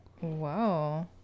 Whoa